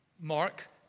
Mark